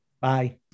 Bye